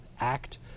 act